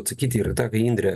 atsakyti ir tą ką indrė